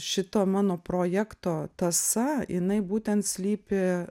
šito mano projekto tąsą jinai būtent slypi